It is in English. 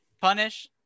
Punish